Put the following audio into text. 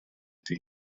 ydy